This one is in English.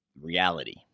reality